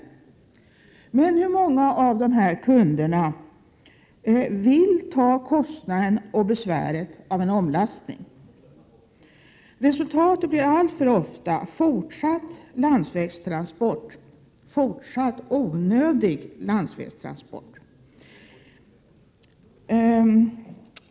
Men hur många av dessa kunder vill ta kostnaden och besväret i samband med omlastning? Resultatet blir alltför ofta fortsatt onödig landsvägstransport.